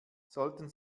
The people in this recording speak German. sollten